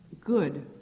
good